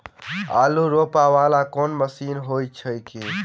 आलु रोपा वला कोनो मशीन हो छैय की?